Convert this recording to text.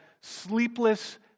sleepless